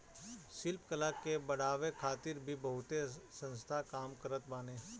शिल्प कला के बढ़ावे खातिर भी बहुते संस्थान काम करत बाने